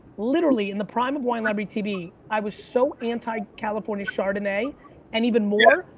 literally in the prime of wine library tv, i was so anti-california chardonnay and even more,